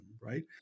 right